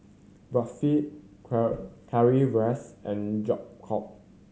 Barfi Currywurst and Jokbal